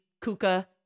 Kuka